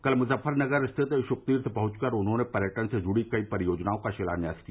कल मुजफ्फरनगर स्थित श्कतीर्थ पहंचकर उन्होंने पर्यटन से जुड़ी कई परियोजनाओं का शिलान्यास किया